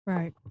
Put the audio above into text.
Right